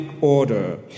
order